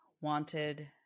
wanted